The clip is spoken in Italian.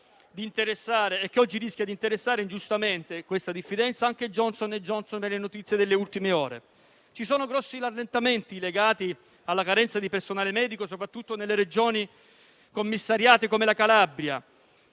oggi rischia di interessare, ingiustamente, anche Johnson & Johnson, secondo le notizie delle ultime ore. Ci sono grossi rallentamenti legati alla carenza di personale medico, soprattutto nelle Regioni commissariate come la Calabria.